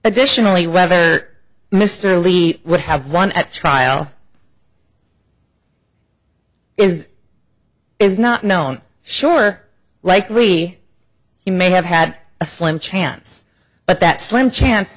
additionally whether mr lee would have won at trial is is not known sure likely he may have had a slim chance but that slim chance